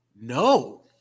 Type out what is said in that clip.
No